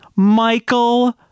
Michael